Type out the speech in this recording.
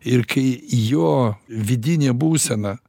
ir kai jo vidinė būsena